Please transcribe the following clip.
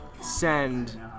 send